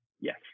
Yes